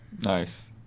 Nice